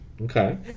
Okay